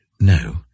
No